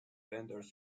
vendors